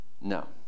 No